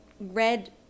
red